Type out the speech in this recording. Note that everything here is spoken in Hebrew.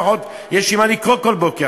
לפחות יש לי מה לקרוא כל בוקר,